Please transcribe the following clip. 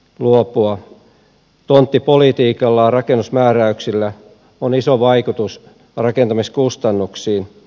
tonttipolitiikalla ja rakennusmääräyksillä on iso vaikutus rakentamiskustannuksiin